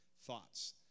thoughts